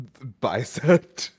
bicep